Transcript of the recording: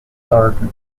garden